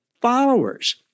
followers